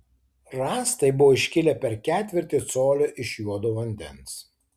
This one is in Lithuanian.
rąstai buvo iškilę per ketvirtį colio iš juodo vandens